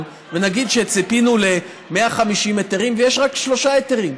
ונגיד שציפינו ל-150 היתרים ויש רק שלושה היתרים,